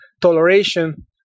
toleration